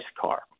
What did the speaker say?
car